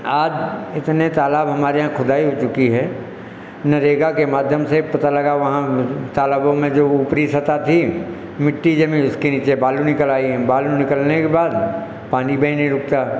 आज इतने तालाब हमारे यहाँ खुदाई हो चुकी है नरेगा के माध्यम से पता लगा वहाँ में तालाबों में जो ऊपरी सतह थी मिट्टी जमी उसके नीचे बालू निकल आई है बालू निकलने के बाद पानी भी नहीं रुकता